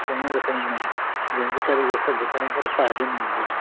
शयूं विकड़ींदा आहिनि जंहिं जे करे उह सभ विकिणे करे फ़ाइदे में ईंदा आहिनि